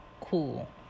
Cool